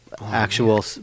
actual